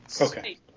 Okay